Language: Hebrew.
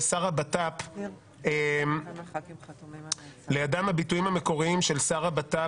חוק הנכים (תגמולים ושיקום) לאורך כל השנים זה חוק של ועדת העבודה.